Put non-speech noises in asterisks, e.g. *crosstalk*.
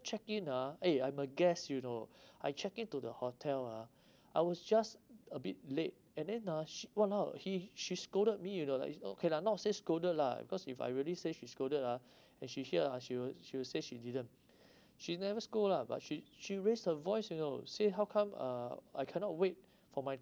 check in ah eh I'm a guest you know *breath* I check in to the hotel ah *breath* I was just a bit late and then ah she !walao! he she scolded me you know like okay lah now I say scolded lah because if I really say she scolded ah *breath* and she here she'll she will say she didn't *breath* she never scold ah but she she raised her voice you know say how come uh I cannot wait for my